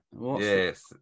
yes